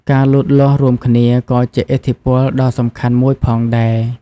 ការលូតលាស់រួមគ្នាក៏ជាឥទ្ធិពលដ៏សំខាន់មួយផងដែរ។